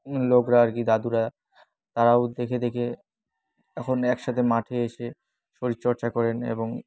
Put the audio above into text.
লোকরা আর কি দাদুরা তারাও দেখে দেখে এখন একসাথে মাঠে এসে শরীরচর্চা করেন এবং